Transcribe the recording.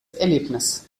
erlebnis